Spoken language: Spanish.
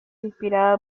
inspirada